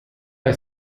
bei